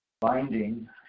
binding